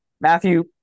Matthew